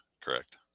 Correct